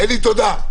אלי, אלי, אלי, תודה.